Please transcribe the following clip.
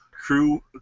crew